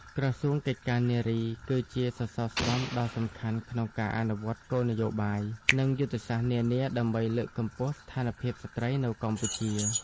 ក្រសួងកិច្ចការនារី គឺជាសសរស្តម្ភដ៏សំខាន់ក្នុងការអនុវត្តគោលនយោបាយ និងយុទ្ធសាស្ត្រនានាដើម្បីលើកកម្ពស់ស្ថានភាពស្ត្រីនៅកម្ពុជា។